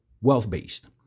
wealth-based